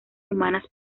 humanas